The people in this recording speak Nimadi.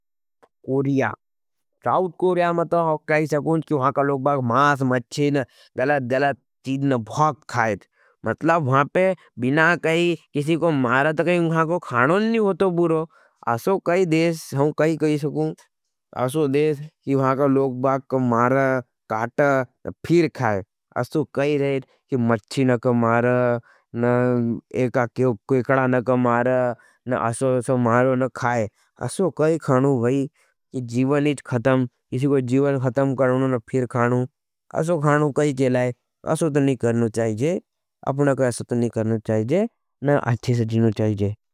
Korea, South Korea मता हम कहाई सकुँ। कि वहाँका लोगबाग मास, मच्चेन, गलत गलत चीज न भौक खायेथ मतलब वहाँपे बिना कही, किसी को मारत कही। वहाँको खानों नहीं होतो बुरो असो कही देश, हम कही कही सकुँ असो देश, कि वहाँका लोगबाग कमार, काट फिर खाये असो कही रहे, कि मच्ची न कमार, केकड़ा न कमार, असो मारो न खाये असो कही खानों भै। कि जीवन इच खतम, किसी को जीवन खतम करो न फिर खानों असो खानों कही केलाई। असो तो नी करनो चाहिए। अपना को असो तो नी करनो चाहिए। न अच्छे से जीनो चाहिए।